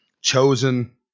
Chosen